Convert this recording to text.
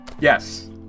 Yes